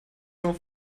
nur